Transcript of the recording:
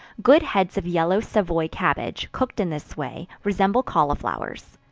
good heads of yellow savoy cabbage, cooked in this way, resemble cauliflowers.